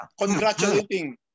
congratulating